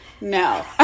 No